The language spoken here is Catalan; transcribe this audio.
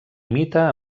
mite